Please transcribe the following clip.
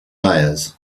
layers